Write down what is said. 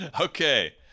okay